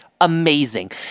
amazing